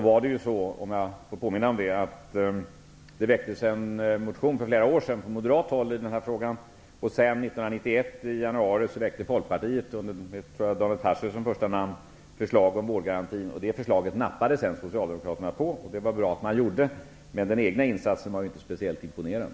Jag kanske får påminna om att det väcktes en motion för flera år sedan från moderat håll i den här frågan, och i januari 1991 väckte Folkpartiet med, tror jag, Daniel Tarschys som första namn förslag om en vårdgaranti. Det förslaget nappade sedan Socialdemokraterna på. Det var bra att de gjorde det, men den egna insatsen var inte speciellt imponerande.